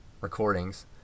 recordings